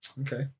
okay